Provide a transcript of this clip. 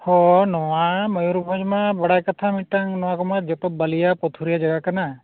ᱦᱳᱭ ᱱᱚᱣᱟ ᱢᱚᱭᱩᱨᱵᱷᱚᱸᱡᱽ ᱵᱟᱲᱟᱭ ᱠᱟᱛᱷᱟ ᱢᱤᱫᱴᱟᱝ ᱱᱚᱣᱟ ᱠᱚᱢᱟ ᱡᱚᱛᱚ ᱵᱟᱹᱞᱭᱟ ᱯᱟᱛᱷᱩᱨᱤᱭᱟᱹ ᱡᱟᱭᱜᱟ ᱠᱟᱱᱟ